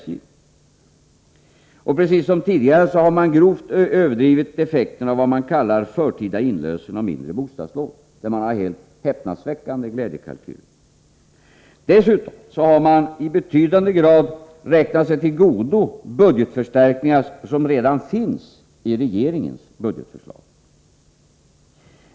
Man har, precis som tidigare, grovt överdrivit effekterna av vad man kallar förtida inlösen av mindre bostadslån. I det avseendet har man helt häpnadsväckande glädjekalkyler. Dessutom har man i betydande grad räknat sig till godo budgetförstärkningar som redan finns i regeringens budgetförslag.